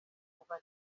kuva